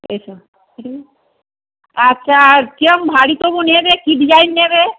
এসো আচ্ছা আর কীরকম ভারী তবু নেবে কী ডিজাইন নেবে